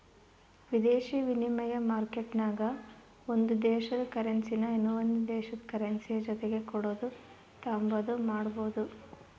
ವಿದೇಶಿ ವಿನಿಮಯ ಮಾರ್ಕೆಟ್ನಾಗ ಒಂದು ದೇಶುದ ಕರೆನ್ಸಿನಾ ಇನವಂದ್ ದೇಶುದ್ ಕರೆನ್ಸಿಯ ಜೊತಿಗೆ ಕೊಡೋದು ತಾಂಬಾದು ಮಾಡ್ಬೋದು